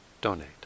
donate